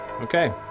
Okay